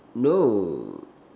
no